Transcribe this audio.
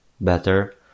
better